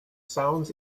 sounds